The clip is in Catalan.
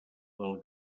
del